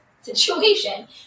situation